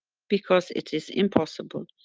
because it is impossible.